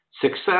Success